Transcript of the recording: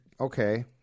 okay